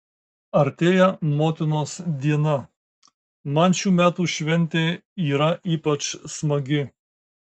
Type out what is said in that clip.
artėja motinos diena man šių metų šventė yra ypač smagi